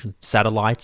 satellites